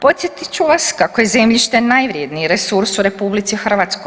Podsjetit ću vas kako je zemljište najvrjedniji resurs u RH.